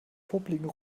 popeligen